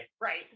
Right